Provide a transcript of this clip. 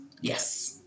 Yes